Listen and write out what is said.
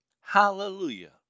Hallelujah